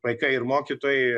vaikai ir mokytojai